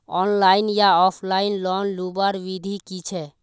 Online या offline loan लुबार विधि की छे?